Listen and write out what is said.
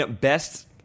best